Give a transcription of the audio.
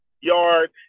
yard